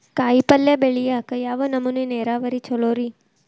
ಕಾಯಿಪಲ್ಯ ಬೆಳಿಯಾಕ ಯಾವ್ ನಮೂನಿ ನೇರಾವರಿ ಛಲೋ ರಿ?